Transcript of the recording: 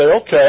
okay